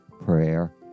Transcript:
prayer